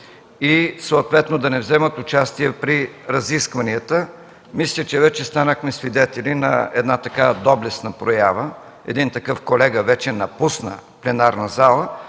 и съответно да не вземат участие при разискванията. Мисля, че вече станахме свидетели на такава доблестна проява, един такъв колега вече напусна пленарната зала,